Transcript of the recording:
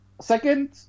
Second